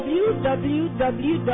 www